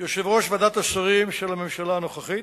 יושב-ראש ועדת השרים של הממשלה הנוכחית.